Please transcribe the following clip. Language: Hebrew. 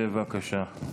בבקשה.